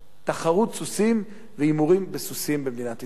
תחרות סוסים והימורים בסוסים במדינת ישראל.